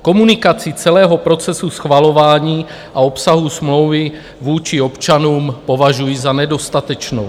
Komunikaci celého procesu schvalování a obsahu smlouvy vůči občanům považuji za nedostatečnou.